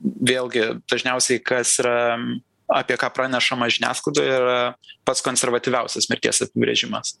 vėlgi dažniausiai kas yra apie ką pranešama žiniasklaidoje yra pats konservatyviausias mirties apibrėžimas